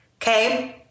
Okay